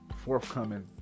forthcoming